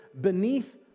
beneath